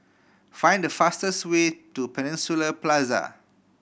find the fastest way to Peninsula Plaza